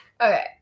okay